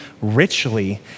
richly